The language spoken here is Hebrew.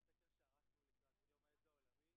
כמה זה עולה?